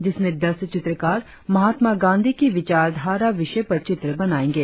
जिसमें दस चित्रकार महात्मा गांधी की विचारधारा विषय पर चित्र बनाएंगे